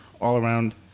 all-around